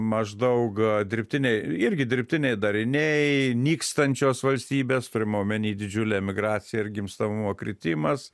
maždaug dirbtiniai irgi dirbtiniai dariniai nykstančios valstybės turima omenyje didžiulę emigraciją ir gimstamumo kritimas